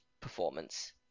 performance